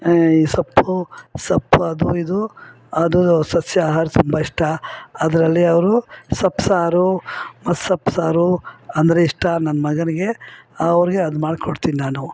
ಈ ಸೊಪ್ಪು ಸೊಪ್ಪು ಅದು ಇದು ಅದು ಸಸ್ಯಹಾರ ತುಂಬ ಇಷ್ಟ ಅದರಲ್ಲಿ ಅವರು ಸೊಪ್ಪುಸಾರು ಮಸ್ಸೊಪ್ಪುಸಾರು ಅಂದರೆ ಇಷ್ಟ ನನ್ನ ಮಗನಿಗೆ ಅವ್ರಿಗೆ ಅದು ಮಾಡ್ಕೊಡ್ತೀನಿ ನಾನು